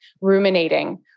ruminating